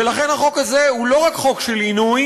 ולכן החוק הזה הוא לא רק חוק של עינוי.